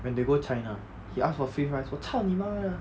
when they go china he ask for free fries 我操你妈啦